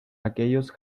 aquellos